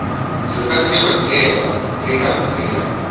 गृहस्य मध्ये एव क्रीडां क्रीडामि